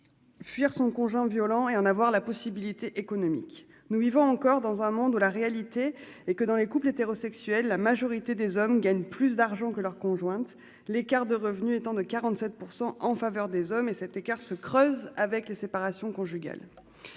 fuir son conjoint violent, en avoir la possibilité économique. Nous vivons encore dans un monde où la réalité est que, dans les couples hétérosexuels, la majorité des hommes gagnent plus d'argent que leurs conjointes, l'écart de revenus étant de 47 % en faveur des hommes. Cet écart se creuse avec les séparations conjugales.